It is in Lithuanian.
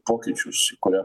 pokyčius į kurią